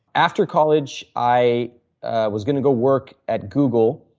after college, i was going to go work at google.